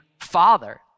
father